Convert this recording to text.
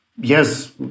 yes